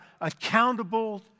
accountable